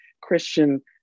Christian